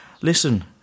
Listen